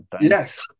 Yes